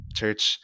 church